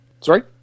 Sorry